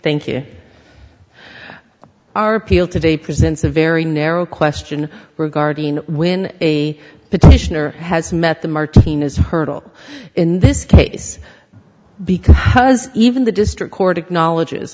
thank you our appeal today presents a very narrow question regarding when a petitioner has met the martinez hurdle in this case because even the district court acknowledges